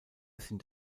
sind